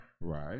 Right